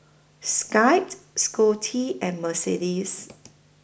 Skye Scottie and Mercedes